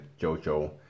Jojo